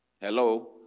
Hello